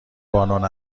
بانون